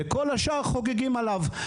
וכול השאר חוגגים עליו.